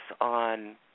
on